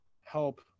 help